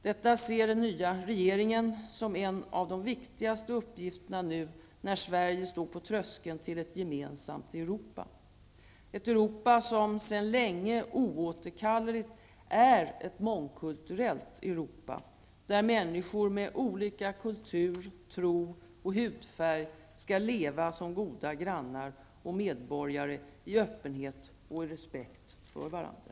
Detta ser den nya regeringen som en av de viktigaste uppgifterna när Sverige nu står på tröskeln till ett gemensamt Europa, ett Europa som sedan länge oåterkalleligt är ett mångkulturellt Europa, där människor med olika kultur, tro och hudfärg skall leva som goda grannar och medborgare i öppenhet och respekt för varandra.